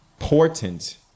important